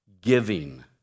giving